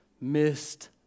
missed